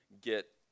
get